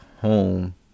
home